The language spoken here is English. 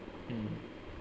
mm